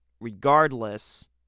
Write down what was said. regardless